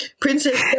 Princess